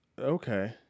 Okay